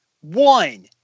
One